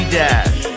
dash